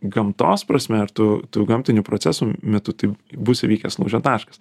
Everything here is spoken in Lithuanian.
gamtos prasme ar tų gamtinių procesų metu tai bus įvykęs lūžio taškas